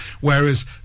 Whereas